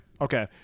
Okay